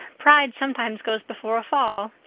pride sometimes goes before a fall,